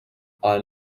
ale